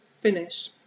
finish